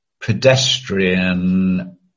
pedestrian